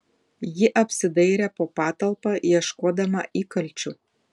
ji apsidairė po patalpą ieškodama įkalčių